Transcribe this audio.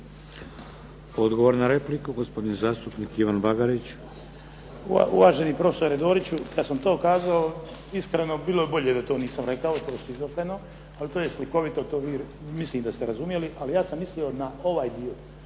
Odgovor na repliku, gospodin zastupnik Ivan Bagarić. **Bagarić, Ivan (HDZ)** Uvaženi profesore Dorić kad sam to kazao iskreno bilo bi bolje da to nisam rekao, to šizofreno, ali to je slikovito to vi mislim da ste razumjeli, ali ja sam mislio na ovaj dio,